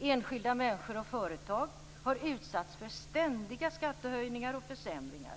Enskilda människor och företag har utsatts för ständiga skattehöjningar och försämringar.